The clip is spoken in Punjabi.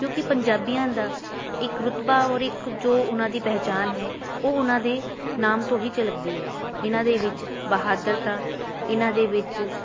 ਕਿਉਂਕਿ ਪੰਜਾਬੀਆਂ ਦਾ ਇੱਕ ਰੁਤਬਾ ਔਰ ਇੱਕ ਜੋ ਉਹਨਾਂ ਦੀ ਪਹਿਚਾਣ ਹੈ ਉਹ ਉਹਨਾਂ ਦੇ ਨਾਮ ਤੋਂ ਹੀ ਝਲਕਦੀ ਹੈ ਇਹਨਾਂ ਦੇ ਵਿੱਚ ਬਹਾਦਰਤਾ ਇਹਨਾਂ ਦੇ ਵਿੱਚ